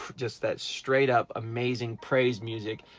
just that straight-up amazing praise music.